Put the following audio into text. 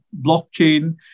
blockchain